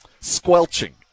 squelching